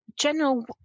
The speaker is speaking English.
general